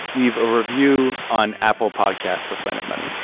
leave a review on apple podcasts for planet money.